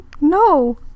No